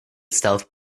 stealth